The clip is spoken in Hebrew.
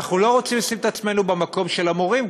אנחנו גם לא רוצים לשים את עצמנו במקום של המורים.